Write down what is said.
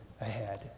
ahead